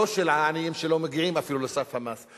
לא של העניים שלא מגיעים אפילו לסף המס.